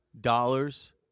dollars